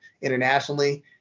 internationally